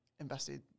invested